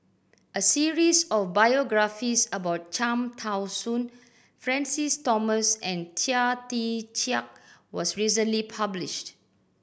a series of biographies about Cham Tao Soon Francis Thomas and Chia Tee Chiak was recently published